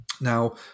now